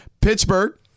Pittsburgh